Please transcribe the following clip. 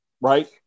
right